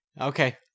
Okay